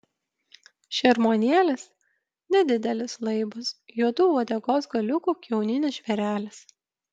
šermuonėlis nedidelis laibas juodu uodegos galiuku kiauninis žvėrelis